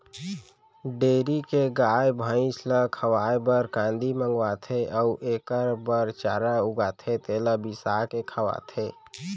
dairy के गाय, भँइस ल खवाए बर कांदी मंगवाथें अउ एकर बर चारा उगाथें तेला बिसाके खवाथें